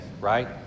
right